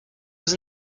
was